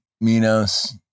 Minos